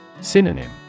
Synonym